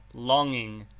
longing,